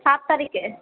সাত তারিখে